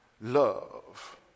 love